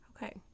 Okay